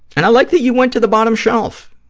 and i like that you went to the bottom shelf.